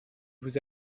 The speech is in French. vous